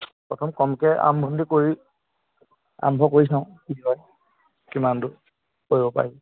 প্ৰথম কমকৈ আৰম্ভণিটো কৰি আৰম্ভ কৰি চাওঁ কি হয় কিমানটো কৰিব পাৰি